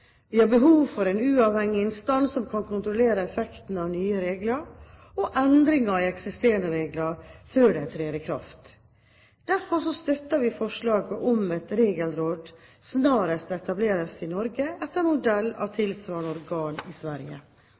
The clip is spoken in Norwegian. Vi har behov for en uavhengig instans som kan kontrollere effekten av nye regler og endringer i eksisterende regler, før de trer i kraft. Derfor støtter vi forslaget om at et regelråd snarest etableres i Norge, etter modell av tilsvarende organ i Sverige.